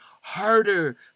harder